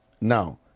Now